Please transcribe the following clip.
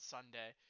Sunday